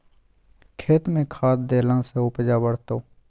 खेतमे खाद देलासँ उपजा बढ़तौ